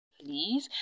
please